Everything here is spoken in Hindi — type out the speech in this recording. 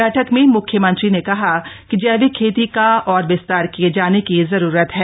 बछक में मुख्यमंत्री ने कहा कि जविक खेती का और विस्तार किए जाने की जरूरत है